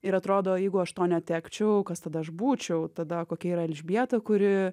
ir atrodo jeigu aš to netekčiau kas tada aš būčiau tada kokia yra elžbieta kuri